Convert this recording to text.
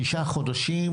שישה חודשים,